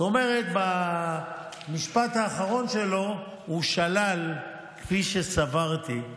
זאת אומרת, במשפט האחרון שלו הוא שלל, כפי שסברתי,